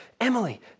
Emily